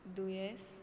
दुयेंस